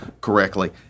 correctly